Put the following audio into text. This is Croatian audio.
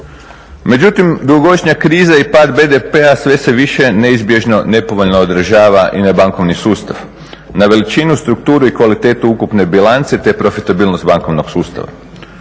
Međutim, dugogodišnja kriza i pad BDP-a sve se više neizbježno, nepovoljno odražava i na bankovni sustav, na veličinu, strukturu i kvalitetu ukupne bilance te profitabilnost bankovnog sustava.